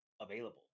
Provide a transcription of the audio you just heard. available